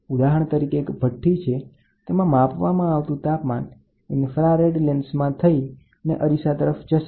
ઉદાહરણ તરીકે એક ભઠ્ઠી છે કે ગરમ પદાર્થ છે તેમાં જોવામાં આવતું તાપમાન ઇન્ફ્રારેડ લેન્સમાં થઈને અરીસા તરફ જશે